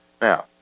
Now